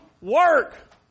work